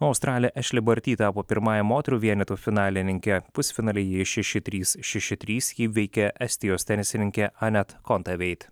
australė ešli barti tapo pirmąja moterų vienetų finalininke pusfinalyje šeši trys šeši trys įveikė estijos tenisininkę anet kontaveit